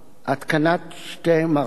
התקנת שתי מערכות